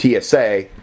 TSA